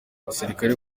abasirikare